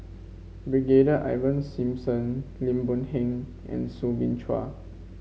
Brigadier Ivan Simson Lim Boon Heng and Soo Bin Chua